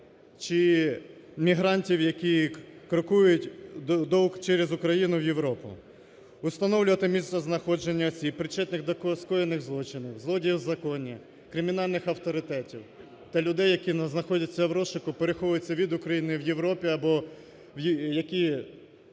чи мігрантів, які крокують до... через Україну в Європу, установлювати місце знаходження осіб, причетних до скоєних злочинів, злодіїв в законі, кримінальних авторитетів та людей, які знаходяться в розшуку, переховуються від України в Європі або які